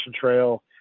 Trail